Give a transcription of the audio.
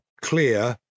clear